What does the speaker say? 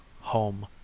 home